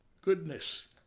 goodness